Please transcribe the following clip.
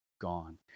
gone